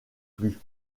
plus